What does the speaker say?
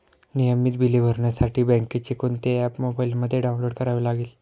नियमित बिले भरण्यासाठी बँकेचे कोणते ऍप मोबाइलमध्ये डाऊनलोड करावे लागेल?